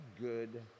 good